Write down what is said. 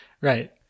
Right